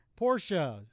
Porsche